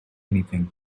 anything